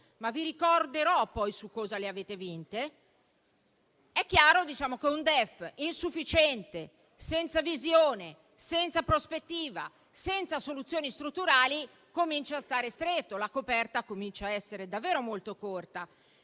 e vi ricorderò poi su cosa le avete vinte - è chiaro che un DEF insufficiente, senza visione, senza prospettiva e senza soluzioni strutturali, comincia a stare stretto. La coperta comincia a essere davvero molto corta.